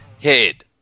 head